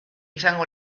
izango